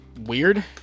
weird